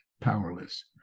powerless